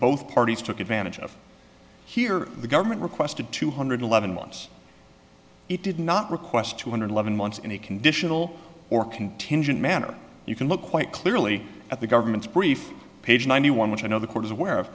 both parties took advantage of here the government requested two hundred eleven months it did not request two hundred eleven months in a conditional or contingent manner you can look quite clearly at the government's brief page ninety one which i know the cour